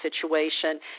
situation